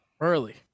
early